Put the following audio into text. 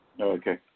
Okay